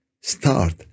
start